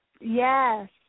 Yes